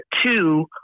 two